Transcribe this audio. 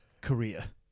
korea